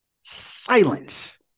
silence